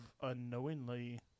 unknowingly